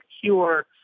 cure